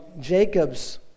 Jacob's